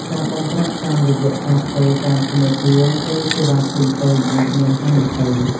ការបង់ប្រាក់តាមរយៈការផ្ទេរតាមធនាគារ ឬសេវាផ្សេងៗអាចមានហានិភ័យ។